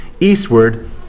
eastward